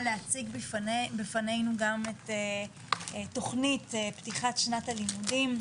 להציג בפנינו גם את תוכנית פתיחת שנת הלימודים.